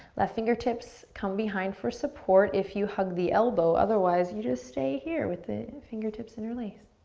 left fingertips come behind for support if you hug the elbow. otherwise, you just stay here with it, fingertips interlaced.